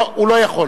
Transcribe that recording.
לא, הוא לא יכול.